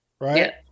right